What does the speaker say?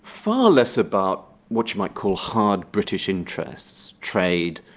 far less about what you might call hard british interests, trade,